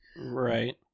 Right